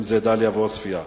אם דאליה ועוספיא,